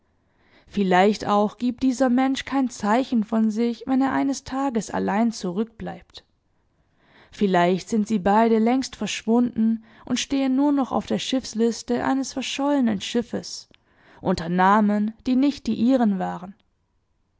vielleicht auch giebt dieser mensch kein zeichen von sich wenn er eines tages allein zurückbleibt vielleicht sind sie beide längst verschwunden und stehen nur noch auf der schiffsliste eines verschollenen schiffes unter namen die nicht die ihren waren